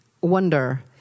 wonder